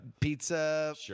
pizza